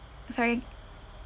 sorry